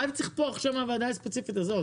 מה אתה צריך פה מהוועדה הספציפית הזאת.